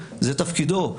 זה תפקידו.